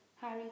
Harry